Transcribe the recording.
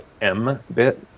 M-BIT